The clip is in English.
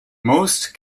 most